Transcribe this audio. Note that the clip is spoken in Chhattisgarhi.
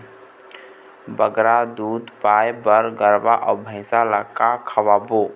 बगरा दूध पाए बर गरवा अऊ भैंसा ला का खवाबो?